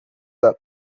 from